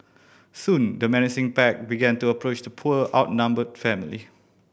soon the menacing pack began to approach the poor outnumbered family